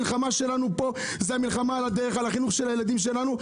המלחמה הזאת היא על הדרך ועל החינוך של הילדים שלנו,